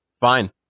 fine